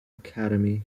academy